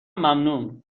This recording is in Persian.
ممنون